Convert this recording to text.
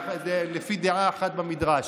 לפי דעה אחת במדרש.